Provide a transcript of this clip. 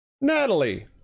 Natalie